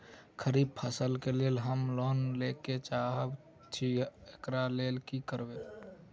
खरीफ फसल केँ लेल हम लोन लैके चाहै छी एकरा लेल की करबै?